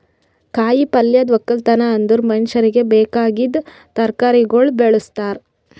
ಕಾಯಿ ಪಲ್ಯದ್ ಒಕ್ಕಲತನ ಅಂದುರ್ ಮನುಷ್ಯರಿಗಿ ಬೇಕಾಗಿದ್ ತರಕಾರಿಗೊಳ್ ಬೆಳುಸ್ತಾರ್